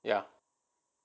ya